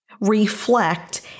reflect